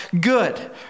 good